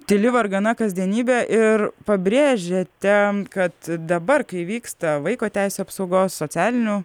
tyli vargana kasdienybė ir pabrėžiate kad dabar kai vyksta vaiko teisių apsaugos socialinių